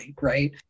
Right